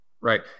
right